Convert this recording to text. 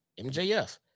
MJF